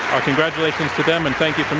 our congratulations to them. and thank you from